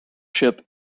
ship